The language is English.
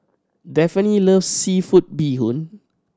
Daphne loves seafood bee hoon